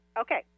Okay